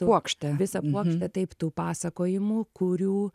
puokštę visą puokštę taip tų pasakojimų kurių